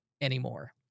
anymore